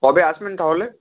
কবে আসবেন তাহলে